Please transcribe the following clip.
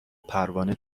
پروانه